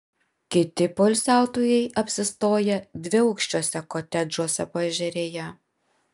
kiti poilsiautojai apsistoję dviaukščiuose kotedžuose paežerėje